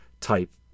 type